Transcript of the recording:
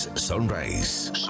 Sunrise